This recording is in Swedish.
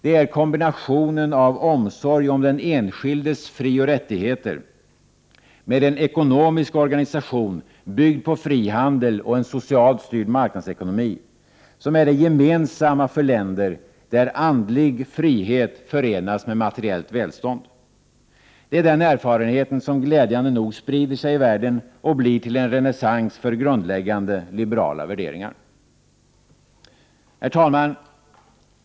Det är kombinationen av omsorg om den enskildes frioch rättigheter med en ekonomisk organisation byggd på frihandel och en socialt styrd marknadsekonomi som är det gemensamma för länder där andlig frihet förenas med materiellt välstånd. Det är den erfarenheten som glädjande nog ans för grundläggande liberala sprider sig i världen och blir till en ren värderingar. Herr talman!